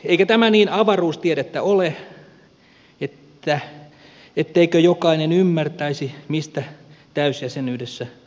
eikä tämä niin avaruustiedettä ole etteikö jokainen ymmärtäisi mistä täysjäsenyydessä on kysymys